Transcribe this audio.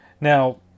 Now